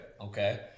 Okay